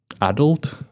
adult